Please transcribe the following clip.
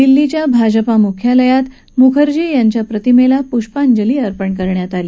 दिल्लीच्या भाजपा मुख्यालयात मुखर्जी यांच्या प्रतिमेला पुष्पांजली अर्पण करण्यात आली